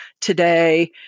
today